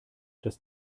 das